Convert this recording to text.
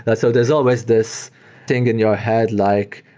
ah so there's always this thing in your head like,